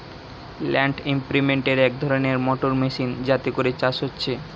land ইমপ্রিন্টের এক ধরণের মোটর মেশিন যাতে করে চাষ হচ্ছে